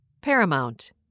Paramount